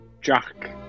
Jack